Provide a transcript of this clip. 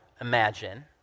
imagine